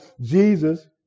Jesus